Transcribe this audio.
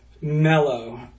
mellow